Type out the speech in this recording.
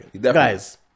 Guys